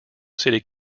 city